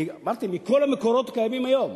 אמרתי, מכל המקורות הקיימים היום.